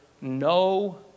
no